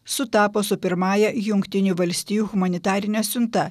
sutapo su pirmąja jungtinių valstijų humanitarine siunta